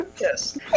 Yes